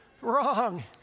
wrong